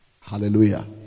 hallelujah